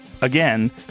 again